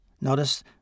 Notice